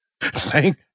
thank